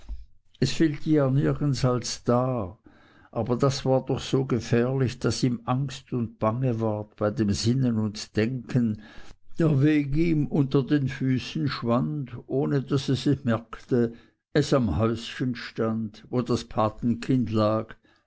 es fehlte ja nirgends als da aber das war doch so gefährlich daß ihm angst und bange ward bei dem sinnen und denken der weg ihm unter den füßen schwand ohne daß es es merkte es am häuschen stand wo das patekind lag